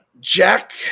Jack